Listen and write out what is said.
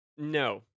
No